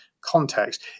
context